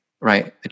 right